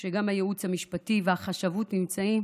שגם הייעוץ המשפטי והחשבות נמצאים